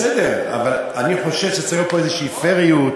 בסדר, אבל אני חושב שצריכה להיות פה פייריות.